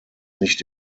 nicht